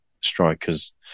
strikers